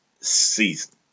season